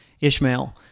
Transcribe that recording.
Ishmael